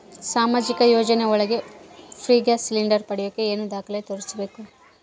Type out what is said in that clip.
ಸಾಮಾಜಿಕ ಯೋಜನೆ ಒಳಗ ಫ್ರೇ ಗ್ಯಾಸ್ ಸಿಲಿಂಡರ್ ಪಡಿಯಾಕ ಏನು ದಾಖಲೆ ತೋರಿಸ್ಬೇಕು?